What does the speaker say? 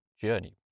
journey